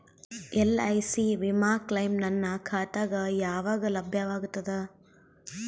LIC ವಿಮಾ claim ನನ್ನ ಖಾತಾಗ ಯಾವಾಗ ಲಭ್ಯವಾಗತದ?